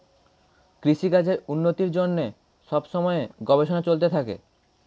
কৃষিকাজের উন্নতির জন্যে সব সময়ে গবেষণা চলতে থাকে